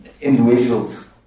individuals